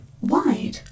wide